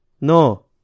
No